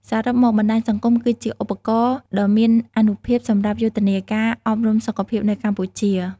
សរុបមក បណ្តាញសង្គមគឺជាឧបករណ៍ដ៏មានអានុភាពសម្រាប់យុទ្ធនាការអប់រំសុខភាពនៅកម្ពុជា។